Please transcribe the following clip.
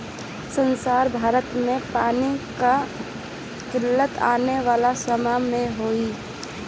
संसार भर में पानी कअ किल्लत आवे वाला समय में होई